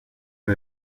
por